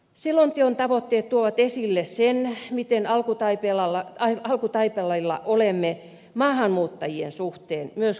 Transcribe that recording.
selonteon tavoitteet tuovat esille sen miten alku tai tilalla on joku tai alkutaipaleella olemme maahanmuuttajien suhteen myös kulttuurin saralla